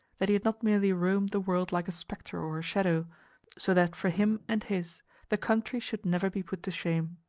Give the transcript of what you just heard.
that he had not merely roamed the world like a spectre or a shadow so that for him and his the country should never be put to shame.